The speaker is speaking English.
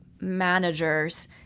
managers